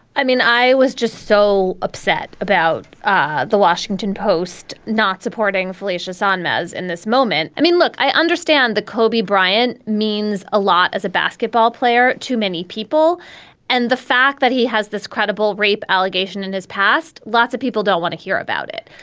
i mean, i was just so upset about ah the washington post not supporting fallacious on meds in this moment. i mean, look, i understand the kobe bryant means a lot as a basketball player to many people and the fact that he has this credible rape allegation in his past. lots of people don't want to hear about it.